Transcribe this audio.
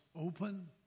open